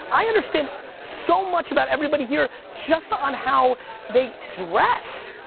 i understand so much about everybody here just on how they dress.